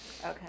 Okay